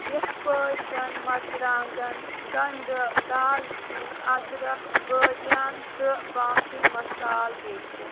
یِتھ پٲٹھۍ زَن مَرژٕوانگن گنٛڈٕ دالچیٖن اَدرکھ بٲدین تہٕ باقٕے مَسالہٕ بیٚترِ